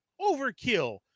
overkill